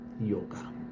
yoga